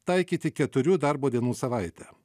taikyti keturių darbo dienų savaitę